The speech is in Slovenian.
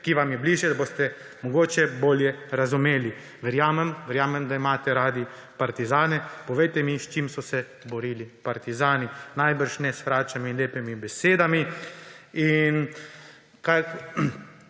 ki vam je bližje, da boste mogoče bolje razumeli. Verjamem, verjamem, da imate radi partizane. Povejte mi, s čim so se borili partizani, najbrž ne s fračami in lepimi besedami.